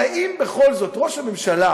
הרי אם בכל זאת ראש הממשלה,